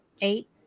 eight